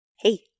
Hey